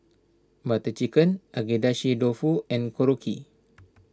Butter Chicken Agedashi Dofu and Korokke